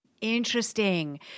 Interesting